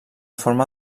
forma